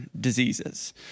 diseases